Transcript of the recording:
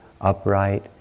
upright